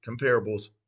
Comparables